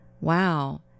Wow